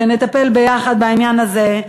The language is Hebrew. שנטפל יחד בעניין הזה,